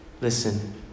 Listen